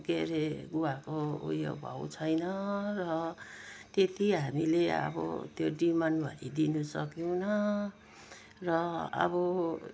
के अरे गुवाको उयो भाउ छैन र त्यत्ति हामीले अब त्यो डिमान्डभरि दिनुसकेनौँ र अब